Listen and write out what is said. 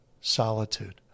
solitude